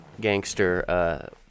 gangster